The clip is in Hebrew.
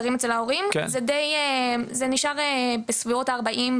שגרים בבית ההורים זה די נשאר אותו הדבר.